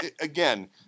again